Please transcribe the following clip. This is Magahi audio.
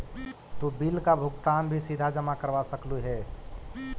तु बिल का भुगतान भी सीधा जमा करवा सकलु हे